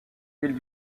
ville